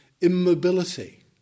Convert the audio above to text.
immobility